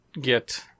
get